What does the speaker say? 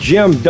Jim